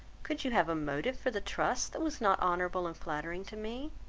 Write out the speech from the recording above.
could you have a motive for the trust, that was not honourable and flattering to me?